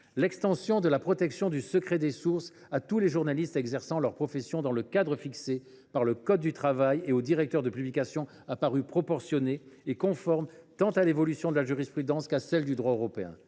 l’extension de la protection du secret des sources à tous les journalistes exerçant leur profession dans le cadre fixé par le code du travail et au directeur de publication est apparue proportionnée et conforme à l’évolution tant de la jurisprudence que du droit européen.